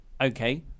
okay